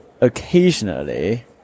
Occasionally